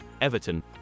Everton